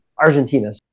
Argentina